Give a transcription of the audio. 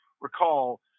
recall